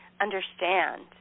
understand